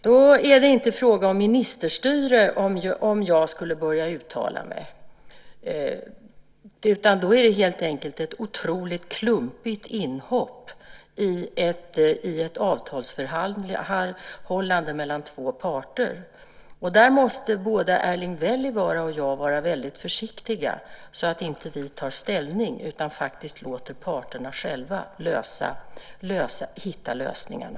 Således är det inte fråga om ministerstyre om jag skulle börja uttala mig, utan då är det helt enkelt ett otroligt klumpigt inhopp i ett avtalsförhållande mellan två parter. Där måste både Erling Wälivaara och jag vara väldigt försiktiga så att vi inte tar ställning, utan vi ska låta parterna själva hitta lösningarna.